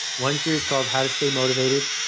one series called how to stay motivated,